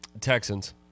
Texans